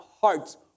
hearts